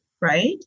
right